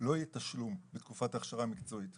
לא יהיה תשלום בתקופת ההכשרה המקצועית.